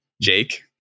Jake